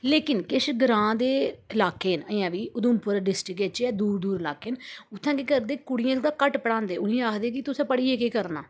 लेकिन किश ग्रांऽ दे इलाके न अजें बी उधमपुर डिस्ट्रिकट च दूर दूर लाके न उ'त्थें केह् करदे कुड़ियें दा घट्ट पढ़ांदे उ'नें गी आखदे कि तुसें पढ़ियै केह् करना